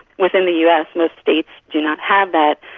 within the us most states do not have that,